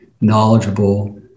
knowledgeable